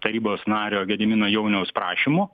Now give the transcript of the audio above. tarybos nario gedimino jauniaus prašymu